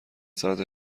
ساعت